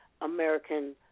American